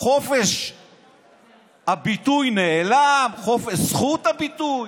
חופש הביטוי נעלם, זכות הביטוי,